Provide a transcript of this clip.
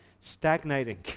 stagnating